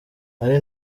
ari